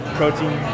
protein